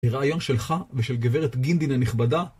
הרעיון שלך ושל גברת גינדין הנכבדה